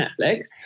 Netflix